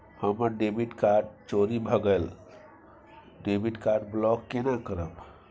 हमर debit card चोरी भगेलै डेबिट कार्ड ब्लॉक केना करब?